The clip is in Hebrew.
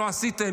לא עשיתם.